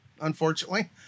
unfortunately